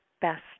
best